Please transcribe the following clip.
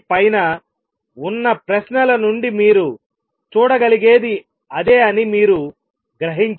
పైన ఉన్న ప్రశ్నల నుండి మీరు చూడగలిగేది అదే అని మీరు గ్రహించారు